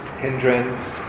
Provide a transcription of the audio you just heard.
hindrance